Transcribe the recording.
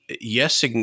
yes